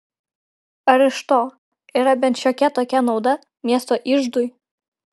ar iš to yra bent šiokia tokia nauda miesto iždui